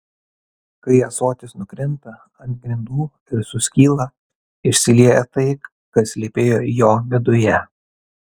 kai ąsotis nukrinta ant grindų ir suskyla išsilieja tai kas slypėjo jo viduje